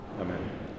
Amen